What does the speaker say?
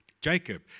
Jacob